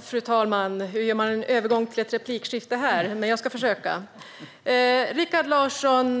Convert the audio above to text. Fru talman! Som jag uppfattade det menade Rikard Larsson